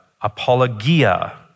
Apologia